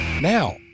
Now